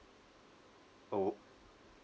oh